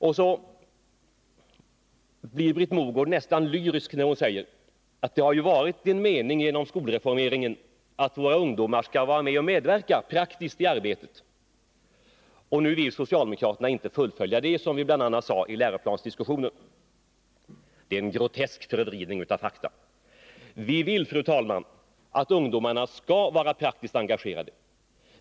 Och Britt Mogård blir nästan lyrisk när hon säger att skolreformeringen bl.a. har syftat till att våra ungdomar skall medverka praktiskt i arbetet. Sedan anklagar hon socialdemokraterna för att inte vilja fullfölja detta reformarbete, som vi uttalade oss positivt för i läroplansdiskussionen. Det är en grotesk förvridning av fakta. Vi vill, fru talman, att ungdomarna skall vara praktiskt engagerade.